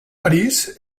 parís